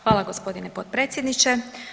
Hvala g. potpredsjedniče.